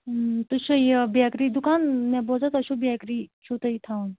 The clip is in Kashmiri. تُہۍ چھُوا یہِ بیکری دُکان مےٚ بوزیو تۄہہِ چھُو بیکری چھُو تُہۍ تھاوان